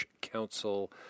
council